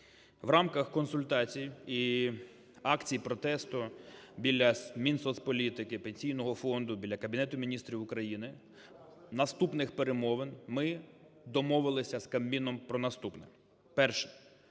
В рамках консультацій і акцій протесту біля Мінсоцполітики, Пенсійного фонду, біля Кабінету Міністрів України, наступних перемовин ми домовилися з Кабміном про наступне. Перше.